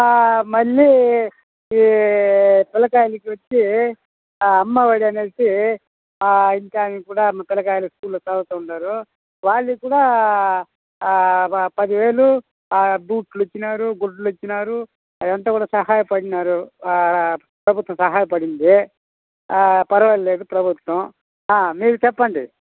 మళ్ళీ ఈ పిల్లలకు వచ్చి అమ్మ ఒడి అనేసి ఇంకా ఇప్పుడు ఏమి పిల్లలు స్కూల్లో చదువుతు ఉన్నారు వాళ్ళకి కూడా పది వేలు బూట్లు ఇచ్చినారు గుడ్డలు ఇచ్చినారు అవి అంతా కూడా సహాయపడినారు ప్రభుత్వం సహాయపడింది పర్వాలేదు ప్రభుత్వం మీరు చెప్పండి